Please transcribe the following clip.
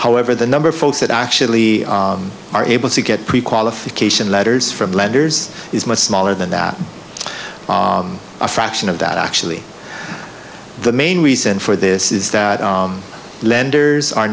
however the number of folks that actually are able to get prequalification letters from lenders is much smaller than that a fraction of that actually the main reason for this is that lenders are